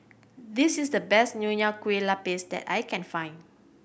this is the best Nonya Kueh Lapis that I can find